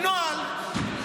נוהל.